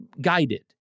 guided